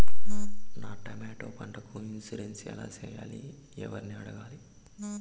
నా టమోటా పంటకు ఇన్సూరెన్సు ఎలా చెయ్యాలి? ఎవర్ని అడగాలి?